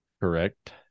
Correct